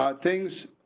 um things,